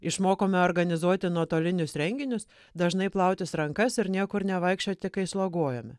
išmokome organizuoti nuotolinius renginius dažnai plautis rankas ir niekur nevaikščioti kai sloguojame